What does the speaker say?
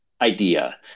idea